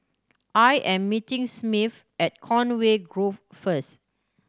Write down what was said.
I am meeting Smith at Conway Grove first